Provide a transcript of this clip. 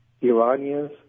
Iranians